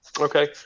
Okay